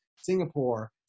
Singapore